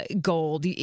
gold